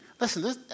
Listen